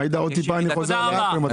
עאידה, עוד קצת שכנוע ואני חוזר לעכו.